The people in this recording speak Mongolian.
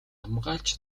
хамгаалж